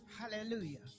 Hallelujah